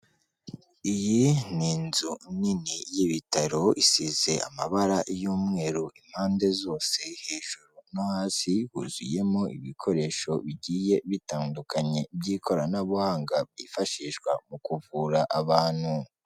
Iyi ni inzu nini y'Ibitaro isize amabara y'umweru impande zose, hejuru no hasi huzuyemo ibikoresho bigiye bitandukanye by'ikoranabuhanga byifashishwa mu kuvura abantu.